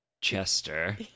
Chester